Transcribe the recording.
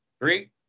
three